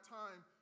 time